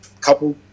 couple